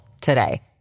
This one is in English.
today